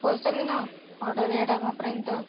पोहचेल ना ऑर्डर ह्या टाइमापर्यंत